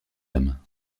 mrs